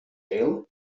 jail